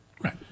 Right